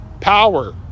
power